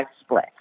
split